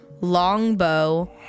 longbow